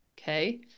Okay